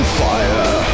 fire